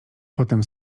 potem